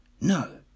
No